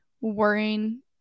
worrying